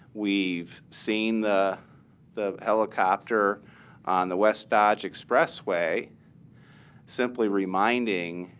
we've seen the the helicopter on the west dodge expressway simply reminding,